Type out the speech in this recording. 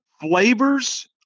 flavors